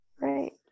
Right